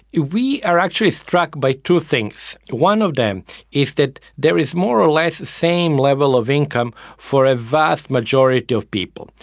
we are actually struck by two things. one of them is that there is a more or less the same level of income for a vast majority of people.